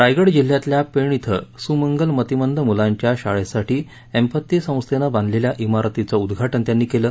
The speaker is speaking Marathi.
रायगड जिल्ह्यातल्या पेण इथं सूमंगल मंतिमंद मुलांच्या शाळेसाठी एम्पथी संस्थेनं बांधलेल्या इमारतीचं उद्दाटन त्यांनी केलं